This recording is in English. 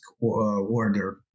order